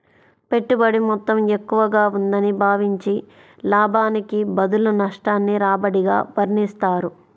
పెట్టుబడి మొత్తం ఎక్కువగా ఉందని భావించి, లాభానికి బదులు నష్టాన్ని రాబడిగా వర్ణిస్తారు